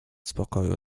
spokoju